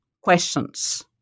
questions